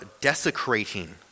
desecrating